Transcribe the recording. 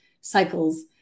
cycles